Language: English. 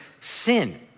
sin